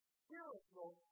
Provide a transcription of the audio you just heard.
spiritual